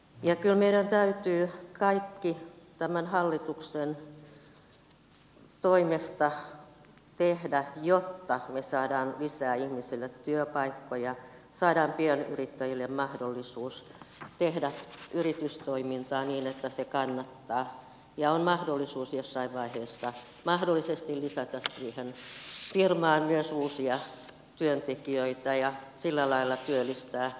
kyllä meidän täytyy kaikki tämän hallituksen toimesta tehdä jotta me saamme lisää ihmisille työpaikkoja saamme pienyrittäjille mahdollisuuden tehdä yritystoimintaa niin että se kannattaa ja on mahdollisuus jossain vaiheessa mahdollisesti lisätä siihen firmaan myös uusia työntekijöitä ja sillä lailla työllistää ihmisiä